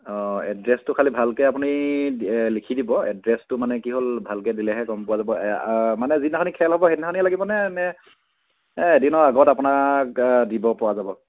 অঁ এড্ৰেছটো খালী ভালকৈ আপুনি লিখি দিব এড্ৰেছটো মানে কি হ'ল ভালকৈ দিলেহে গম পোৱা যাব মানে যিদিনাখন খেল হ'ব সেইদিনাখনই লাগিব নে এই এদিনৰ আগত আপোনাক দিব পৰা যাব